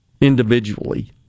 individually